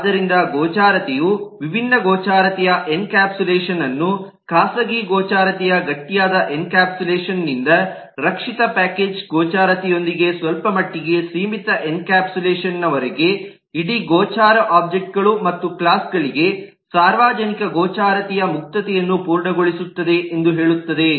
ಆದ್ದರಿಂದ ಗೋಚರತೆಯು ವಿಭಿನ್ನ ಗೋಚರತೆಯ ಎನ್ಕ್ಯಾಪ್ಸುಲೇಷನ್ ಅನ್ನು ಖಾಸಗಿ ಗೋಚರತೆಯ ಗಟ್ಟಿಯಾದ ಎನ್ಕ್ಯಾಪ್ಸುಲೇಷನ್ ನಿಂದ ರಕ್ಷಿತ ಪ್ಯಾಕೇಜ್ ಗೋಚರತೆಯೊಂದಿಗೆ ಸ್ವಲ್ಪಮಟ್ಟಿಗೆ ಸೀಮಿತ ಎನ್ಕ್ಯಾಪ್ಸುಲೇಷನ್ ನ ವರೆಗೆ ಇಡೀ ಗೋಚರ ಒಬ್ಜೆಕ್ಟ್ ಗಳು ಮತ್ತು ಕ್ಲಾಸ್ ಗಳಿಗೆ ಸಾರ್ವಜನಿಕ ಗೋಚರತೆಯ ಮುಕ್ತತೆಯನ್ನು ಪೂರ್ಣಗೊಳಿಸುತ್ತದೆ ಎಂದು ಹೇಳುತ್ತದೆ